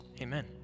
Amen